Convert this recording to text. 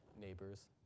neighbor's